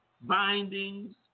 bindings